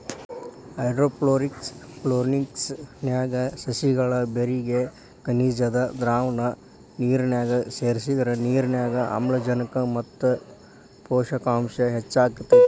hydroponics ನ್ಯಾಗ ಸಸಿಗಳ ಬೇರಿಗೆ ಖನಿಜದ್ದ ದ್ರಾವಣ ನಿರ್ನ್ಯಾಗ ಸೇರ್ಸಿದ್ರ ನಿರ್ನ್ಯಾಗ ಆಮ್ಲಜನಕ ಮತ್ತ ಪೋಷಕಾಂಶ ಹೆಚ್ಚಾಕೇತಿ